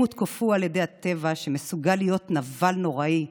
הם הותקפו על ידי הטבע, שמסוגל להיות נבל נוראי,